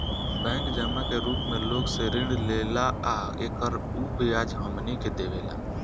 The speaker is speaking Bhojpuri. बैंक जमा के रूप मे लोग से ऋण लेला आ एकर उ ब्याज हमनी के देवेला